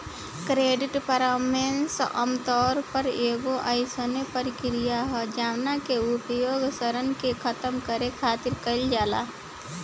credit परामर्श आमतौर पर एगो अयीसन प्रक्रिया ह जवना के उपयोग ऋण के खतम करे खातिर कईल जाला